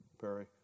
Perry